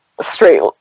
straight